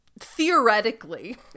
theoretically